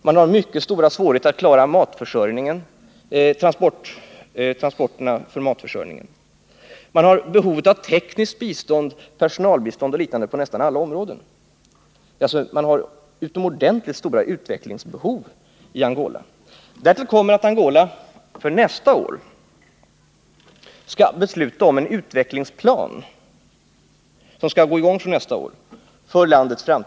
Man har mycket stora svårigheter att klara transporterna för matförsörjningen. Man har behov av tekniskt bistånd, personalbistånd och liknande på nästan alla områden. Man har utomordentligt stora utvecklingsbehov i Angola. Därtill kommer att Angola nästa år skall besluta om en utvecklingsplan för landets framtid som också skall börja realiseras nästa år.